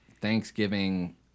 Thanksgiving